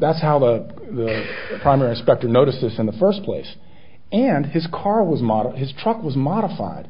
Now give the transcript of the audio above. that's how the primary specter notices in the first place and his car was modeled his truck was modified